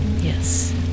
Yes